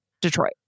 Detroit